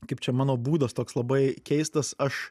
kaip čia mano būdas toks labai keistas aš